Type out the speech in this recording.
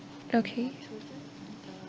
okay